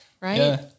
right